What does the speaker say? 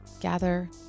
gather